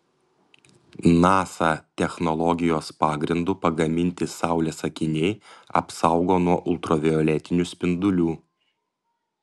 nasa technologijos pagrindu pagaminti saulės akiniai apsaugo nuo ultravioletinių spindulių